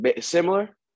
similar